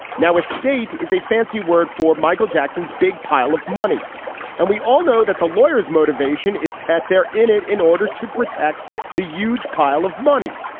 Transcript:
now estate is a fancy word for michael jackson's big pile of money and we all know that the lawyer's motivation is that they're in it in order to protect the huge pile of money.